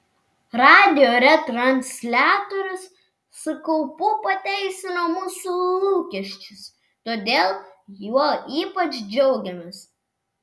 radijo retransliatorius su kaupu pateisino mūsų lūkesčius todėl juo ypač džiaugiamės